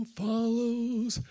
follows